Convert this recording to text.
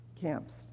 camps